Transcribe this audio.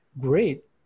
great